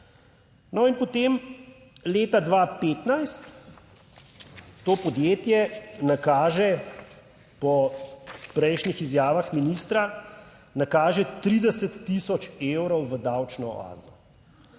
No in potem leta 2015 to podjetje nakaže, po prejšnjih izjavah ministra, nakaže 30 tisoč evrov v davčno oazo